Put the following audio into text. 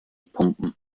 pumpen